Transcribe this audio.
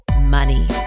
money